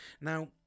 Now